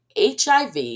HIV